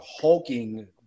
hulking